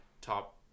top